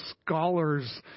scholars